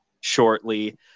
shortly